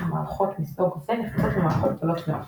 מערכות מסוג זה נפוצות במערכות גדולות מאוד.